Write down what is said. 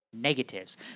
negatives